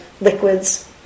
liquids